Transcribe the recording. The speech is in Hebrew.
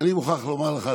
אני מוכרח לומר לך,